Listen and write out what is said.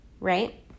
right